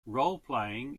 roleplaying